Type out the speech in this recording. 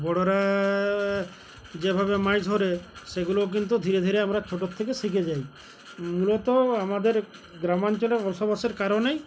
বড়রা যেভাবে মাছ ধরে সেগুলোও কিন্তু ধীরে ধীরে আমরা ছোটর থেকে শিখে যাই মূলত আমাদের গ্রামাঞ্চলে বসবাসের কারণেই